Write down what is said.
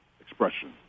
expression